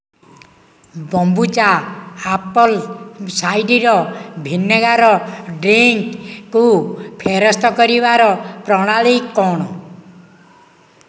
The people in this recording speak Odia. ବମ୍ବୁଚା ଆପଲ୍ ସାଇଡ଼ର୍ ଭିନେଗାର୍ ଡ୍ରିଙ୍କ୍କୁ ଫେରସ୍ତ କରିବାର ପ୍ରଣାଳୀ କ'ଣ